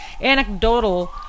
anecdotal